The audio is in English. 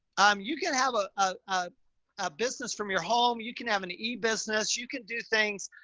um, you can have a, ah, a business from your home. you can have an e business, you can do things,